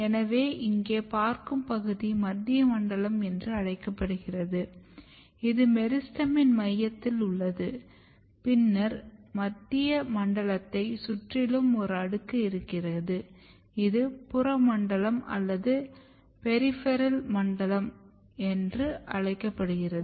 எனவே இங்கே பார்க்கும் பகுதி மத்திய மண்டலம் என்று அழைக்கப்படுகிறது இது மெரிஸ்டெமின் மையத்தில் உள்ளது பின்னர் மத்திய மண்டலத்தை சுற்றிலும் ஒரு அடுக்கு இருக்கிறது இது புற மண்டலம் அல்லது பெரிஃபெறல் மண்டலம் என்று அழைக்கப்படுகிறது